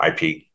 IP